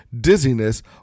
dizziness